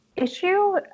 Issue